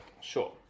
Sure